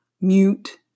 mute